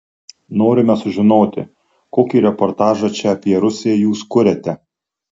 norime sužinoti kokį reportažą čia apie rusiją jūs kuriate